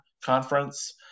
conference